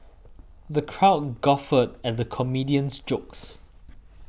the crowd guffawed at the comedian's jokes